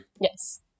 Yes